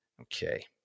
Okay